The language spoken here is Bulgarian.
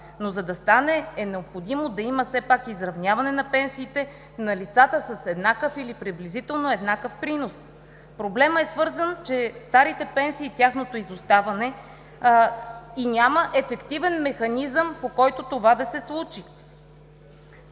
Но, за да стане, е необходимо да има все пак изравняване на пенсиите на лицата с еднакъв или приблизително еднакъв принос. Проблемът е свързан със старите пенсии тяхното изоставане и няма ефективен механизъм, по който това да се случи.